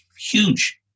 huge